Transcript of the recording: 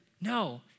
No